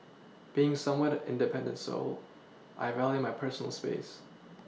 being somewhat independent soul I value my personal space